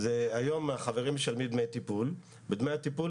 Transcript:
היום החברים משלמים דמי טיפול ובדמי הטיפול